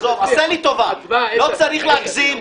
לא צריך להגזים.